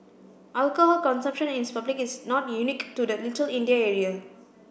alcohol consumption is public is not unique to the Little India area